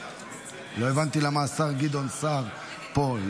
לא הבנתי למה השר גדעון סער פה.